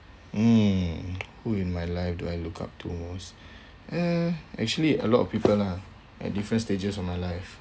mm who in my life do I look up to most eh actually a lot of people lah at different stages of my life